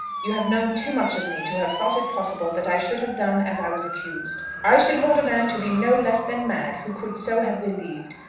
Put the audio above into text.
you have known too much of me to have thought it possible that i should have done as i was accused. i should hold a man to be no less than mad who could so have believed,